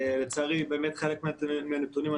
לצערי חלק מהנתונים,